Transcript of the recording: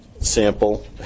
sample